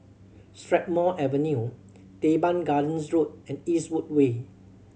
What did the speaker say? Strathmore Avenue Teban Gardens Road and Eastwood Way